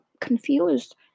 confused